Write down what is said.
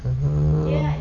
err